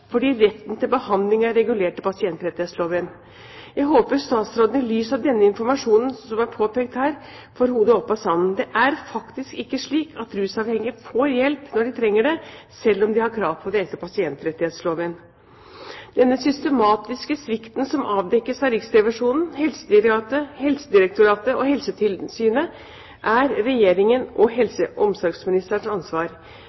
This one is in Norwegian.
fordi retten til behandling er regulert i pasientrettighetsloven. Jeg håper statsråden i lys av denne informasjonen som er påpekt her, får hodet opp av sanden. Det er faktisk ikke slik at rusavhengige får hjelp når de trenger det, selv om de har krav på det etter pasientrettighetsloven. Denne systematiske svikten som avdekkes av Riksrevisjonen, Helsedirektoratet og Helsetilsynet, er Regjeringens og